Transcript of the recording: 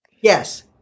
Yes